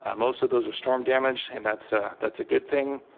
um most of those are storm damage and that's ah that's a good thing.